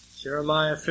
Jeremiah